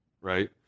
right